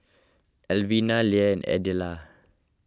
Elvina Leigh Adella